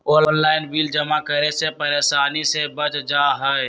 Online bill जमा करे से परेशानी से बच जाहई?